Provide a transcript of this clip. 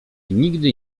nigdy